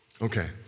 Okay